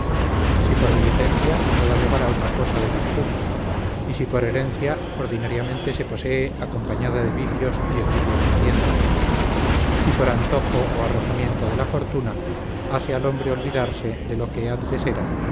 si por diligencia no da lugar a otra cosa de virtud y si por herencia ordinariamente se posee acompañada de vicios y envidiada de parientes si por antojo o arrojamiento de la fortuna hace al hombre olvidarse de lo que antes era